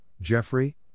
Jeffrey